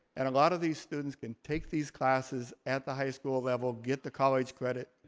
and a lot of these students can take these classes at the high school level, get the college credit,